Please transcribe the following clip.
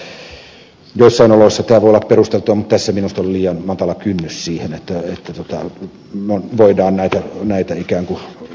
joissain oloissa tämä voi olla perusteltua mutta tässä minusta on liian matala kynnys siihen että voidaan näitä ikään kuin pakolla perustaa